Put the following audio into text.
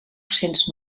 cents